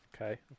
Okay